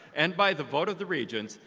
and by the vote of the regents,